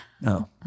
No